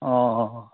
অঁ অঁ